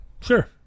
sure